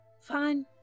Fine